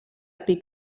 pic